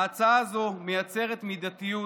ההצעה הזאת מייצרת מידתיות,